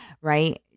right